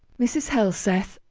mrs. helseth.